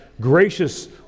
gracious